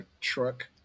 truck